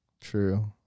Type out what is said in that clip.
True